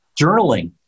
journaling